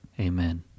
Amen